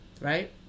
right